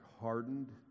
hardened